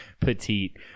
petite